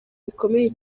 bikomeye